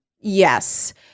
Yes